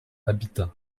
habitat